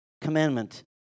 commandment